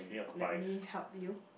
let me help you